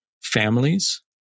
families